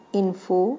info